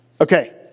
Okay